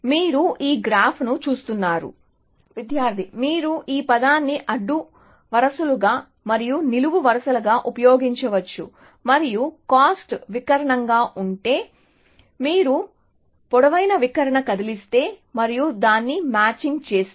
మీరు ఈ గ్రాఫ్ను చూస్తున్నారు విద్యార్థి మీరు ఈ పదాన్ని అడ్డు వరుసలుగా మరియు నిలువు వరుసగా ఉపయోగించవచ్చు మరియు కాస్ట్ వికర్ణంగా ఉంటే మీరు పొడవైన వికర్ణాన్ని కదిలిస్తే మరియు దానిని మ్యాచింగ్ చేస్తే